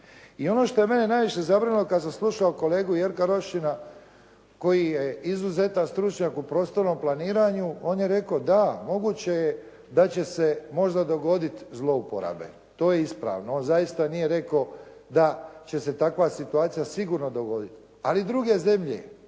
I ono što je mene najviše zabrinulo kada sam slušao kolegu Jerka Rošina koji je izuzetan stručnjak u prostornom planiranju, on je rekao da moguće je da će se možda dogoditi zlouporabe. To je ispravno. On zaista nije rekao da će se takva situacija sigurno dogoditi. Ali druge zemlje